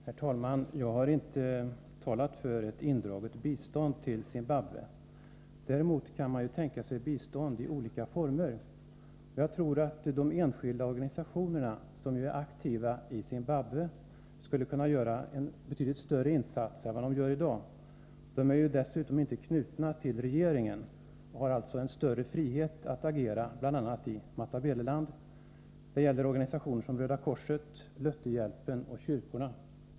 Herr talman! Jag har inte talat för indragning av biståndet till Zimbabwe. Däremot kan man tänka sig olika former för biståndet. Jag tror att de enskilda organisationer som är aktiva i Zimbabwe skulle kunna göra betydligt större insatser än i dag. De är dessutom inte knutna till regeringen och har alltså större frihet att agera bl.a. i Matabeleland. Det gäller organisationer som Röda korset, Lutherhjälpen och kyrkorna.